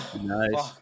nice